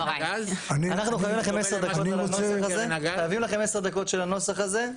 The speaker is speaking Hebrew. אנחנו חייבים לכם עשר דקות של הנוסח הזה.